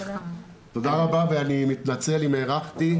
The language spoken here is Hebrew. תודה רבה, ואני מתנצל אם הארכתי.